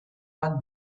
bat